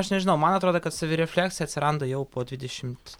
aš nežinau man atrodo kad savirefleksija atsiranda jau po dvidešimt